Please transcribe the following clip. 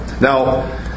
Now